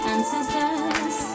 Ancestors